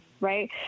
right